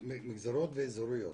מגזריות ואזוריות.